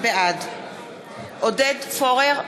בעד עודד פורר,